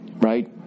Right